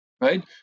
right